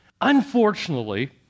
Unfortunately